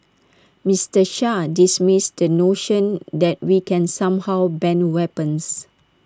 Mister Shah dismissed the notion that we can somehow ban weapons